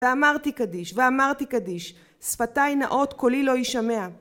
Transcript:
ואמרתי קדיש, ואמרתי קדיש, שפתי נאות קולי לא ישמע